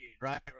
right